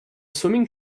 swimming